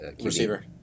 Receiver